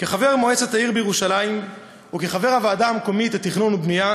כחבר מועצת העיר בירושלים וכחבר הוועדה המקומית לתכנון ובנייה